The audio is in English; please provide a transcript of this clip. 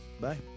Bye